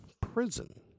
prison